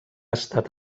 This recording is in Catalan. estat